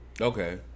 Okay